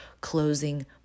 closing